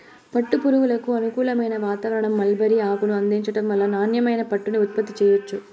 పట్టు పురుగులకు అనుకూలమైన వాతావారణం, మల్బరీ ఆకును అందించటం వల్ల నాణ్యమైన పట్టుని ఉత్పత్తి చెయ్యొచ్చు